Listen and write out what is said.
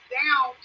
down